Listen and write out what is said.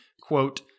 quote